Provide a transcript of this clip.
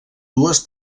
dues